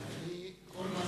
בפומבי.